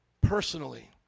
personally